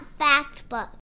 Factbook